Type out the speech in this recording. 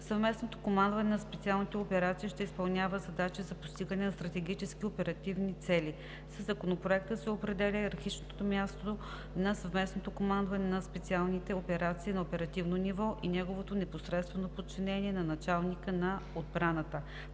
Съвместното командване на специалните операции ще изпълнява задачи за постигане на стратегически и оперативни цели. Със Законопроекта се определя йерархически мястото на Съвместното командване на специалните операции на оперативно ниво и неговото непосредствено подчинение на началника на отбраната.